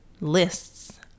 lists